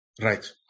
Right